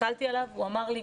הסתכלתי עליו והוא אמר לי,